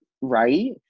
right